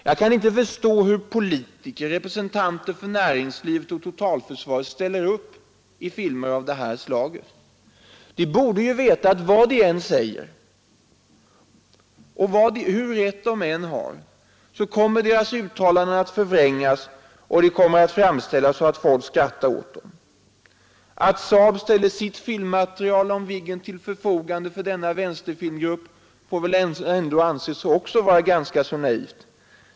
Jag kan inte förstå hur politiker och representanter för näringslivet och totalförsvaret ställer upp i filmer av detta slag. De borde ju veta att vad de än säger, hur rätt de än har, så kommer deras uttalanden att förvrängas och de kommer att framställas så att folk skrattar åt dem. Att SAAB ställer sitt filmmaterial till förfogande för denna vänsterfilmgrupp får väl ändå också anses vara ganska naivt.